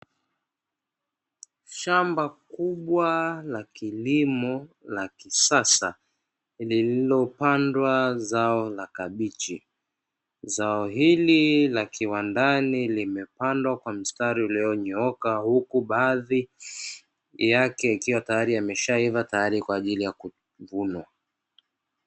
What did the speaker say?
Shamba kubwa la kilimo la kisasa lililopandwa zao la kabichi, zao hili la kiwandani limepandwa kwa mstari ulionyooka huku baadhi yake ikiwa tayari yameshaiva tayari kwaajili ya kuvunwa.